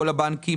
כל הבנקים